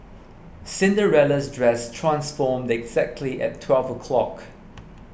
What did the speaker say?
Cinderella's dress transformed exactly at twelve o'clock